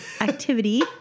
activity